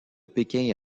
pékin